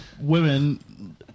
women